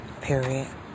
period